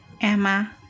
Emma